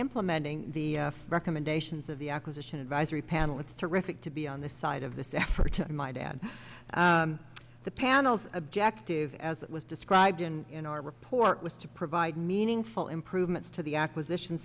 implementing the recommendations of the acquisition advisory panel it's terrific to be on the side of this effort and my dad the panel's objective as it was described in in our report was to provide meaningful improvements to the acquisition